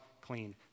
clean